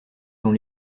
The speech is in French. dont